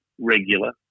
regular